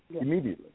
immediately